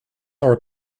are